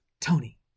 Tony